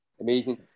amazing